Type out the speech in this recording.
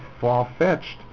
far-fetched